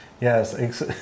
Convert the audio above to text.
yes